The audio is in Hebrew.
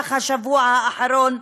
במהלך השבוע האחרון,